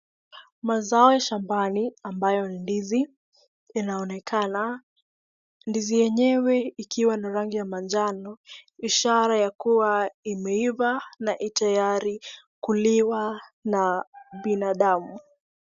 Mazao ya shambani ambayo ni ndizi inaonekana, ndizi yenyewe ikiwa na rangi ya manjano ishara ya kuwa imeiva na iko tayari kuliwa na binadamu.